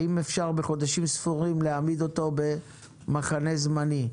האם אפשר בחודשים ספורים להעמיד אותו במחנה זמני?